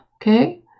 okay